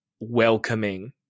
welcoming